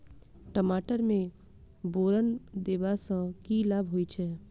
टमाटर मे बोरन देबा सँ की लाभ होइ छैय?